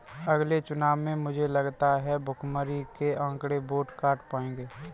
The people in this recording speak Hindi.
अगले चुनाव में मुझे लगता है भुखमरी के आंकड़े वोट काट पाएंगे